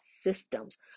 systems